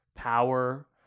power